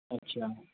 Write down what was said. अच्छा